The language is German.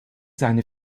seine